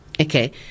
Okay